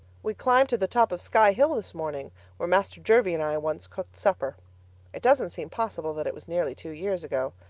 we climbed to the top of sky hill this morning where master jervie and i once cooked supper it doesn't seem possible that it was nearly two years ago.